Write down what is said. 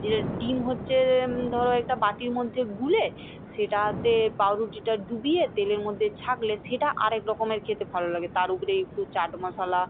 যে ডিম হচ্ছে ধর একটা বাটির মধ্যে গুলে সেটাতে পাউরুটিটা ডুবিয়ে তেলের মধ্যে ছাঁকলে সেটা আরেক রকমের খেতে ভালো লাগে তার উপরে একটু চাট মশলা